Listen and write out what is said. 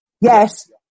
Yes